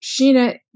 Sheena